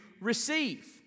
receive